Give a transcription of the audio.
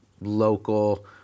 local